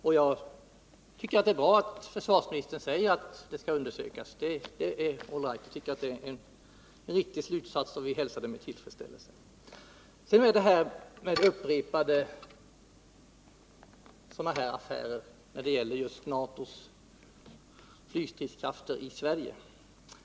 Jag tycker att det är bra att försvarsministern säger att saken skall undersökas. Det är en riktig slutsats som vi hälsar med tillfredsställelse. När det gäller NATO:s flygstridskrafter i Sverige är det fråga om upprepade affärer.